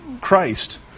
Christ